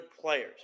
players